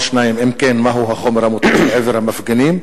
2. אם כן, מה הוא החומר המותז לעבר המפגינים?